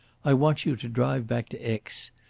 i want you to drive back to aix.